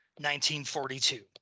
1942